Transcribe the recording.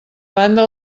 banda